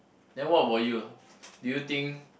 then what about you do you think